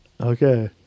Okay